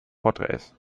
porträts